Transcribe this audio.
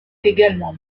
également